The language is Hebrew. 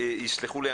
אני